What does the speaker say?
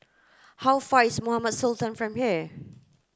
how far is Mohamed Sultan Road from here